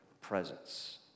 presence